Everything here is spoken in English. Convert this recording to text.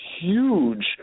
huge